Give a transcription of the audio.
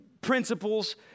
principles